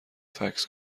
فکس